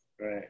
Right